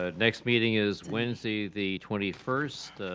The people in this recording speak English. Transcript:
ah next meeting is wednesday, the twenty first,